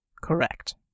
Correct